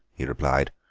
he replied.